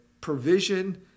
provision